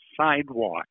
sidewalk